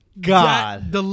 God